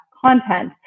content